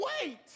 wait